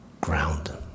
ground